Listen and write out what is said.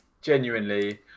genuinely